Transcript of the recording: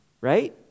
right